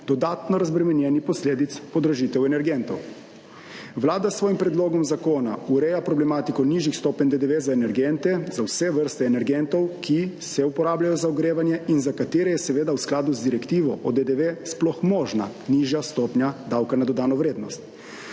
dodatno razbremenjeni posledic podražitev energentov. Vlada s svojim predlogom zakona ureja problematiko nižjih stopenj DDV za energente, za vse vrste energentov, ki se uporabljajo za ogrevanje in za katere je seveda v skladu z direktivo o DDV sploh možna nižja stopnja davka na dodano vrednost.